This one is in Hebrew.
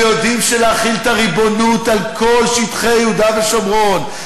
ויודעים שלהחיל את הריבונות על כל שטחי יהודה ושומרון,